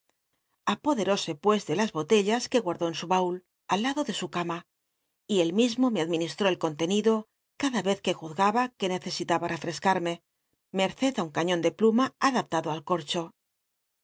apoderóse pues de las botellas que guardó en su baul al lado de su ca ma y él mismo me adminislló el con tenido cada vez jue juzgaba que necesitaba rcftescarme merced tí un cañon de pluma adaptado al corcho